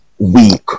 weak